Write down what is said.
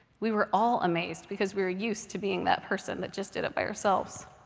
we were all amazed, because we were used to being that person that just did it by ourselves.